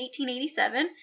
1887